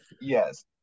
yes